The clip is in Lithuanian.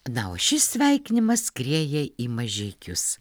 na o šis sveikinimas skrieja į mažeikius